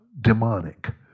demonic